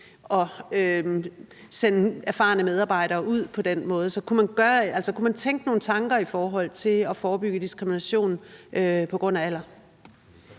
at sende erfarne medarbejdere ud på den måde. Så kunne man tænke nogle tanker i forhold til at forebygge diskrimination på grund af alder?